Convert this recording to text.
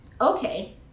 okay